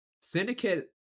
Syndicate